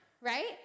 right